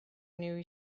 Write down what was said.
new